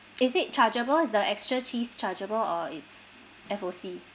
is it chargeable is the extra cheese chargeable or it's F_O_C